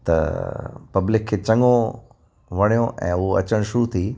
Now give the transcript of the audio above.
त पब्लिक खे चङो वणियो ऐं उहो अचण शुरू थी